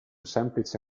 semplice